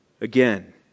again